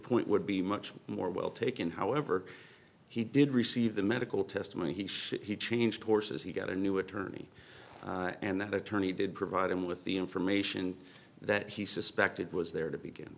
point would be much more well taken however he did receive the medical testimony he should he change horses he got a new attorney and that attorney did provide him with the information that he suspected was there to begin